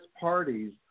parties